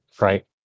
right